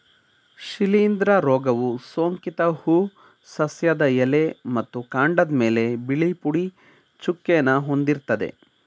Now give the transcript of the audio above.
ಶಿಲೀಂಧ್ರ ರೋಗವು ಸೋಂಕಿತ ಹೂ ಸಸ್ಯದ ಎಲೆ ಮತ್ತು ಕಾಂಡದ್ಮೇಲೆ ಬಿಳಿ ಪುಡಿ ಚುಕ್ಕೆನ ಹೊಂದಿರ್ತದೆ